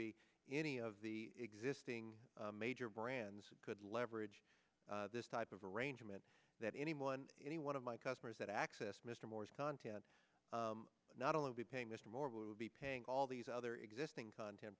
be any of the existing major brands that could leverage this type of arrangement that any one any one of my customers that access mr moore's content not only paying mr moore will be paying all these other existing content